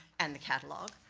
and the catalog.